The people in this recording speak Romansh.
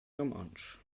romontsch